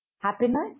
Happiness